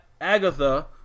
Agatha